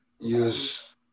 use